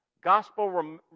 Gospel